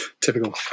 Typical